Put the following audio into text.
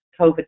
COVID